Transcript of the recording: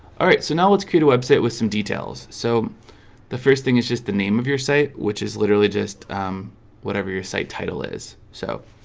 alright, so now let's create a website with some details. so the first thing is just the name of your site, which is literally just whatever your site title is so,